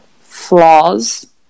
flaws